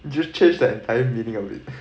just change the entire meaning of it